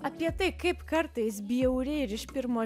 apie tai kaip kartais bjauri ir iš pirmo